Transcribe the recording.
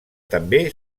també